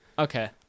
Okay